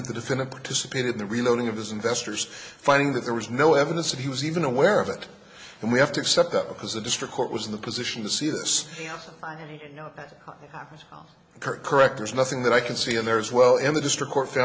that the defendant participated in the reloading of his investors finding that there was no evidence that he was even aware of it and we have to accept that because the district court was in the position to see this i'm correct there's nothing that i can see and there is well in the district cour